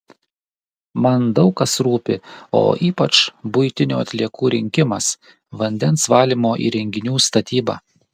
man daug kas rūpi o ypač buitinių atliekų rinkimas vandens valymo įrenginių statyba